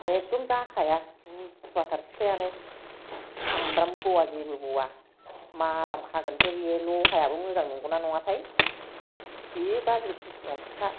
एखदम जाखाया बुथुवाथार सिखायानो सामब्रामबो बौआ जेबो बौआ माराम खागोनसो बियो लहायाबो मोजां नंगौना नङाथाय सि गाज्रि बुथुवा सिखा